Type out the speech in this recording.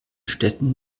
städten